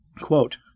Quote